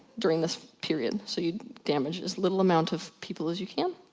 durring this period, so you damage as little amount of people as you can.